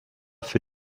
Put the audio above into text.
für